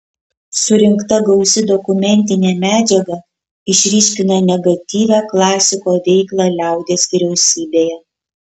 surinkta gausi dokumentinė medžiaga išryškina negatyvią klasiko veiklą liaudies vyriausybėje